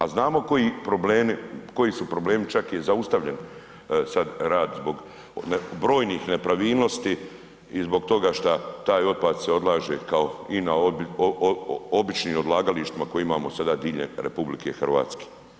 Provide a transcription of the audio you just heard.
A znamo koji su problemi, koji su problemi, čak je i zaustavljen sad rad zbog brojnih nepravilnosti i zbog toga što taj otpad se odlaže kao i na običnim odlagalištima koje imamo sada diljem RH.